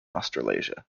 australasia